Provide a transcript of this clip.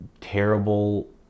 terrible